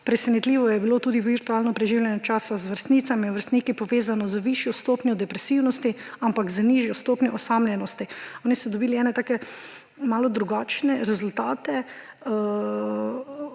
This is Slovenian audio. Presenetljivo je bilo tudi virtualno preživljanje časa z vrstnicami, vrstniki, povezano z višjo stopnjo depresivnosti, ampak z nižjo stopnjo osamljenosti. Oni so dobili malo drugačne rezultate